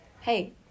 hey